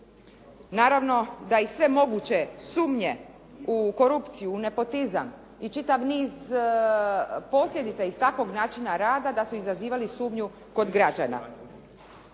Naravno da i sve moguće sumnje u korupciju u nepotizam i čitav niz posljedica iz takvog načina rada, da su izazivali sumnju kod gađana.